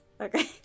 okay